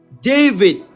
David